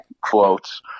quotes